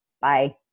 Bye